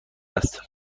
است